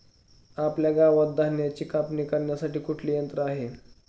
आपल्या गावात धन्याची कापणी करण्यासाठी कुठले यंत्र आहे?